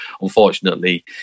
unfortunately